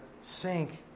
sink